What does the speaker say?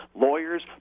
lawyers